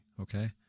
Okay